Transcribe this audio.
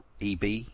EB